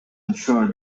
ensure